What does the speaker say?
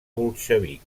bolxevic